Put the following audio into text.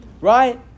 Right